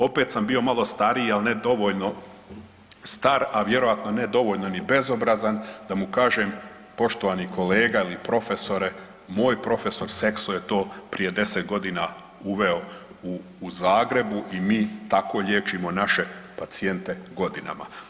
Opet sam bio malo stariji, ali ne dovoljno star, a vjerojatno ne dovoljno ni bezobrazan da mu kažem poštovani kolega ili profesore moj profesor Sekso je to prije 10 godina uveo u Zagrebu i mi tako liječimo naše pacijente godinama.